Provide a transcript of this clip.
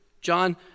John